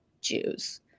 Jews